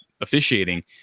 officiating